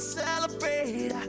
celebrate